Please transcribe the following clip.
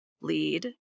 lead